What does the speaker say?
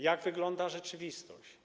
Jak wygląda rzeczywistość?